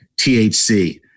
THC